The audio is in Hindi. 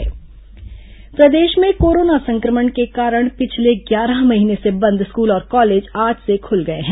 स्कूल कॉलेज प्रदेश में कोरोना संक्रमण के कारण पिछले ग्यारह महीने से बंद स्कूल और कॉलेज आज से खुल गए हैं